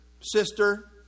sister